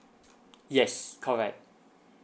yes correct